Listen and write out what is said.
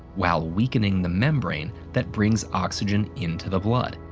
while weakening the membrane that brings oxygen into the blood.